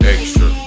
Extra